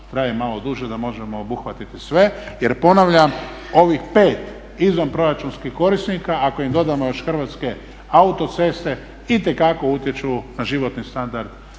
traje malo duže da možemo obuhvatiti sve jer ponavljam, ovih pet izvanproračunskih korisnika ako im dodamo još Hrvatske autoceste itekako utječu na životni standard